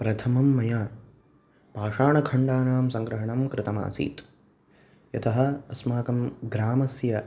प्रथमं मया पाषाणखण्डानां सङ्ग्रहणं कृतमासीत् यतः अस्माकं ग्रामस्य